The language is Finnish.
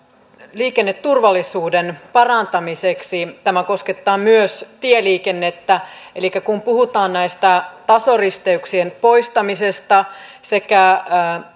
liikenneturvallisuuden parantamiseksi tämä koskettaa myös tieliikennettä elikkä kun puhutaan tasoristeyksien poistamisesta